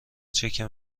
چکه